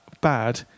bad